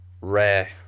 rare